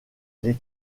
les